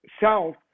south